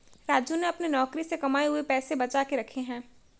राजू ने अपने नौकरी से कमाए हुए पैसे बचा के रखे हैं